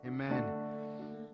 Amen